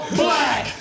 black